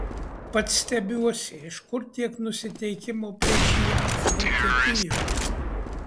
pats stebiuosi iš kur tiek nusiteikimo prieš jav vokietijoje